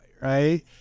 right